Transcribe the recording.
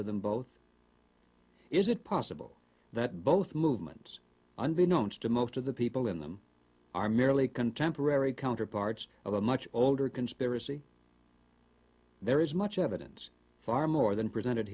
to them both is it possible that both movements unbeknownst to most of the people in them are merely contemporary counterparts of a much older conspiracy there is much evidence far more than presented